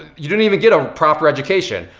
you didn't even get a proper education.